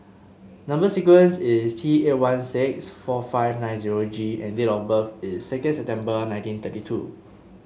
number sequence is T eight one six four five nine zero G and date of birth is second September nineteen thirty two